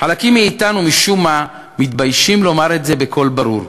חלקים מאתנו משום מה מתביישים לומר את זה בקול ברור.